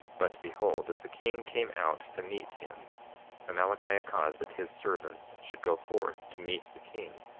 but behold, as the king came out to meet him amalickiah caused that his servants should go forth to meet the king.